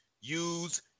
use